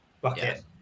bucket